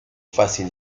fácil